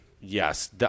Yes